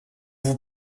vous